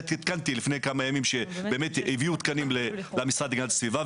לפני כמה ימים התעדכנתי שבאמת הביאו תקנים למשרד להגנת הסביבה,